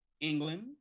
England